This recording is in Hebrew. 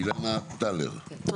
אילנה טלר, בבקשה.